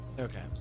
Okay